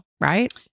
right